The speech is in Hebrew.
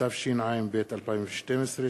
התשע"ב 2012,